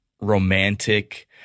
romantic